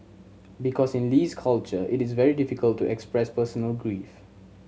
because in Lee's culture it is very difficult to express personal grief